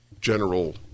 general